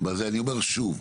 אני אומר שוב,